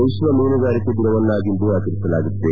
ವಿತ್ನ ಮೀನುಗಾರಿಕೆ ದಿನವನ್ನಾಗಿಂದು ಆಚರಿಸಲಾಗುತ್ತಿದೆ